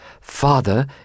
Father